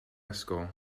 ysgol